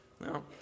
No